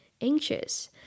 anxious